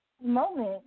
moment